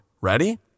Ready